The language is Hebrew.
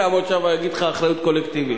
יעמוד שם ויגיד לך: אחריות קולקטיבית.